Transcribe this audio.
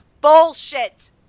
bullshit